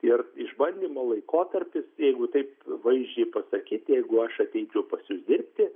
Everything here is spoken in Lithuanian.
ir išbandymo laikotarpis jeigu taip vaizdžiai pasakyti jeigu aš ateičiau pas jus dirbti